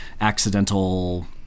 accidental